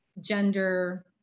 gender